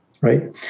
right